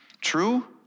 True